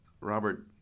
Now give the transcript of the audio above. Robert